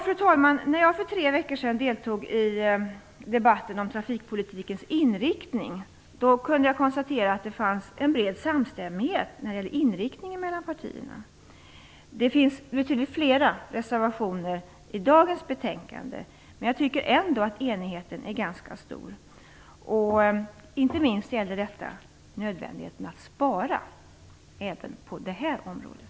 Fru talman! När jag för tre veckor sedan deltog i riksdagens debatt om trafikpolitikens inriktning kunde jag konstatera att det fanns en bred samstämmighet mellan partierna. Det finns betydligt flera reservationer till dagens betänkande, men jag tycker ändå att enigheten är ganska stor. Detta gäller inte minst nödvändigheten av att spara även på det här området.